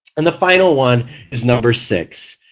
and the final one is number six.